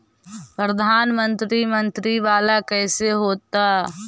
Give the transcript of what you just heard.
प्रधानमंत्री मंत्री वाला कैसे होता?